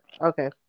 Okay